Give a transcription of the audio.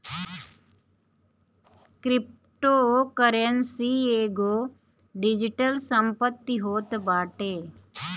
cryptocurrency एगो digital संपत्ति होत बाटे